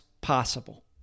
possible